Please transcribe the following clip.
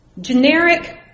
Generic